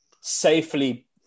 safely